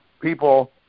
people